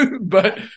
but-